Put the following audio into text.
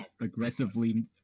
aggressively